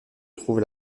trouve